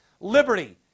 Liberty